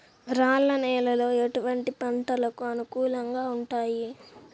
రాళ్ల నేలలు ఎటువంటి పంటలకు అనుకూలంగా ఉంటాయి?